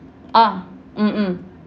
ah mmhmm